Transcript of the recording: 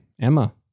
Emma